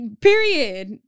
period